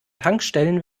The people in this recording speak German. tankstellen